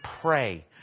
pray